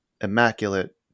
immaculate